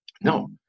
no